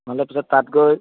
নহ'লে পিছত তাত গৈ